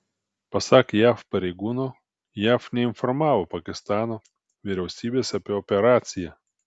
pasak jav pareigūno jav neinformavo pakistano vyriausybės apie operaciją